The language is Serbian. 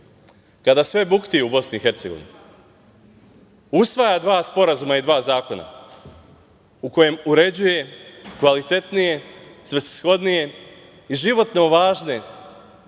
i Hercegovini, usvaja dva sporazuma i dva zakona u kojem uređuje kvalitetnije, svrsishodnije i životno važne